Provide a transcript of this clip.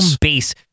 base